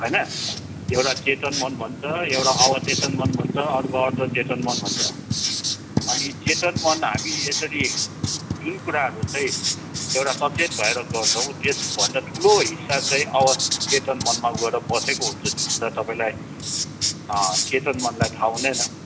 होइन एउटा चेतन मन भन्छ एउटा अवचेतन मन भन्छ अर्को अर्धचेतन मन भन्छ अनि चेतन मन हामी यसरी जुन कुराहरू चाहिँ एउटा सचेत भएर गर्छौँ त्यसभन्दा ठुलो हिस्सा चाहिँ अवचेतन मनमा गएर बसेको हुन्छ जुन कुरा तपाईँलाई चेतन मनलाई थाहा हुँदैन